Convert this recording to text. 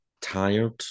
tired